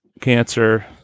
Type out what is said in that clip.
cancer